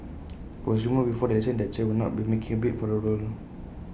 IT was rumoured before the election that Chen will not be making A bid for the role